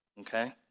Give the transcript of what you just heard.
okay